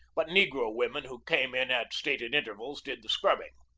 but negro women who came in at stated intervals did the scrubbing.